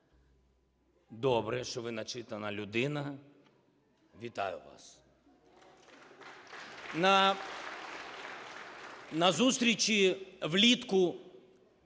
Добре, що ви начитана людина. Вітаю вас. На зустрічі влітку